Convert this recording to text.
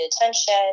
attention